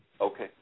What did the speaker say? Okay